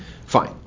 Fine